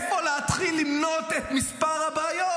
מאיפה להתחיל למנות את מספר הבעיות?